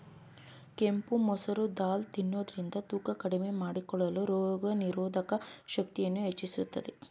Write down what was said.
ಕೆಂಪು ಮಸೂರ್ ದಾಲ್ ತಿನ್ನೋದ್ರಿಂದ ತೂಕ ಕಡಿಮೆ ಮಾಡಿಕೊಳ್ಳಲು, ರೋಗನಿರೋಧಕ ಶಕ್ತಿಯನ್ನು ಹೆಚ್ಚಿಸುತ್ತದೆ